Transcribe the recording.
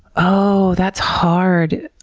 ohhhh, that's hard,